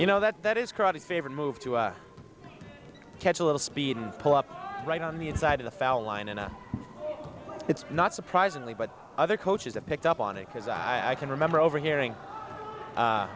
you know that that is crowd favorite move to a catch a little speed and pull up right on the inside of the foul line and it's not surprisingly but other coaches have picked up on it because i i can remember overhearing